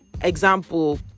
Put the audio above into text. Example